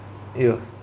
ya